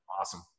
Awesome